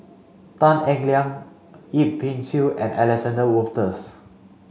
Tan Eng Liang Yip Pin Xiu and Alexander Wolters